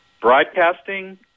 broadcasting